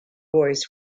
boys